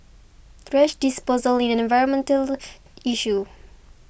thrash disposal is an environmental issue